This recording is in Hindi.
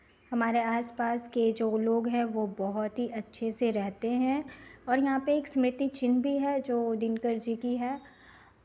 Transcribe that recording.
हमारे आसपास के जो लोग हैं वो बहुत ही अच्छे से रहते हैं और यहाँ पे एक स्मृति चिह्न भी है जो दिनकर जी की है